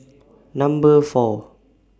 Number four